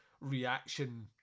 reaction